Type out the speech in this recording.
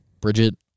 Bridget